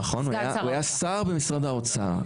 נכון, הוא היה שר במשרד האוצר.